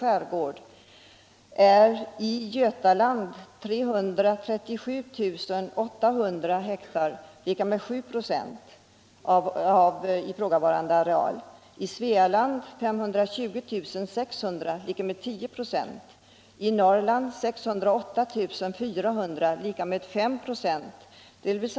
fjällnära skog och yttre skärgård) är i Götaland 337 800 hektar eller lika med 7 96 av ifrågavarande areal, i Svealand 520 600 hektar eller lika med 10 96 och i Norrland 608 400 hektar eller lika med 5 96.